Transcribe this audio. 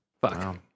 Fuck